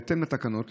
בהתאם לתקנות,